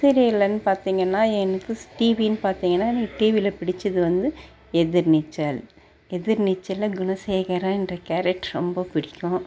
சீரியல்ன்னு பார்த்தீங்கன்னா எனக்கு டிவின்னு பார்த்தீங்கனா எனக்கு டிவியில் பிடித்தது வந்து எதிர்நீச்சல் எதிர்நீச்சலில் குணசேகரகிற கேரக்ட்ரு ரொம்ப பிடிக்கும்